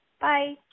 Bye